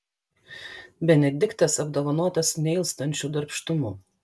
benediktas apdovanotas neilstančiu darbštumu